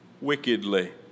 wickedly